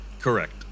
Correct